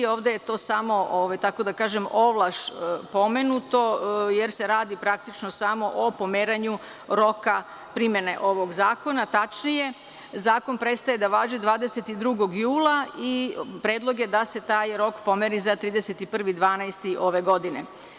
Ovde je to samo, tako da kažem, ovlaš pomenuto jer se radi praktično samo o pomeranju roka primene ovog zakona, tačnije, zakon prestaje da važi 22. jula i predlog je da se taj rok pomeri za 31. decembar ove godine.